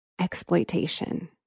exploitation